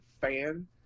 fan